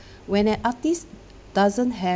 when an artist doesn't have